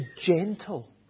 gentle